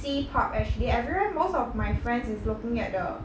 C pop actually I realise most of my friends is looking at the